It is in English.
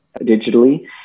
digitally